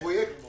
פרויקט מדהים,